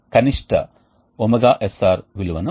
కాబట్టి మూడు ఉష్ణోగ్రత రేఖలు సరళ రేఖలు మరియు సమాంతరంగా ఉంటాయి